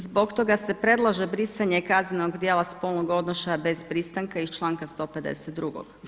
Zbog toga se predlaže brisanje kaznenog djela spolnog odnošaja bez pristanka iz članka 152.